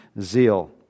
zeal